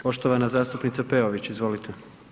Poštovana zastupnica Peović, izvolite.